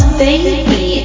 baby